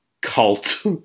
cult